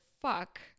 fuck